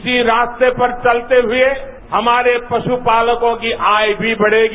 इसी रास्ते पर चलते हुए हमारे पश्चपालकों की आय भी बढ़ेगी